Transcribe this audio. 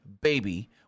baby